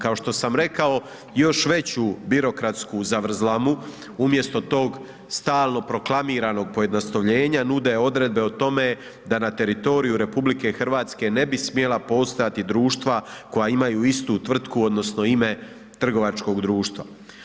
Kao što sam rekao, još veću birokratsku zavrzlamu umjesto tog stalno proklamiranog pojednostavljenja nude odredbe o tome da na teritoriju RH ne bi smjela postojati društva koja imaju istu tvrtku odnosno ime trgovačkog društva.